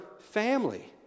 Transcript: family